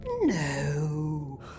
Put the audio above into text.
No